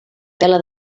pela